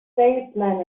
salesman